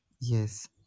Yes